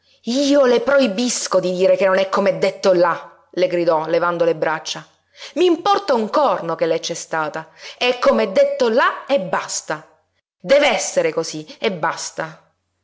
io le proibisco di dire che non è com'è detto là le gridò levando le braccia m'importa un corno che lei c'è stata è com'è detto là e basta dev'essere cosí e basta